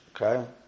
Okay